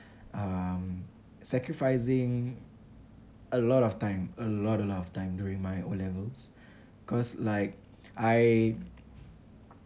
um sacrificing a lot of time a lot a lot of time during my O levels cause like I